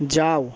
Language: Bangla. যাও